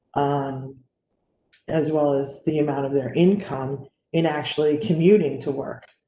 um as well, as the amount of their income in actually commuting to work.